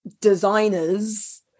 designers